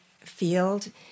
field